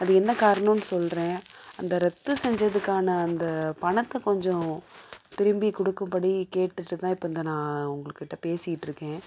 அது என்ன காரணம்னு சொல்கிறேன் அந்த ரத்து செஞ்சதுக்கான அந்த பணத்தை கொஞ்சம் திரும்பி கொடுக்கும்படி கேட்டுட்டுதான் இப்போ இந்த நான் உங்கள்கிட்ட பேசிகிட்டுருக்கேன்